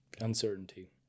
uncertainty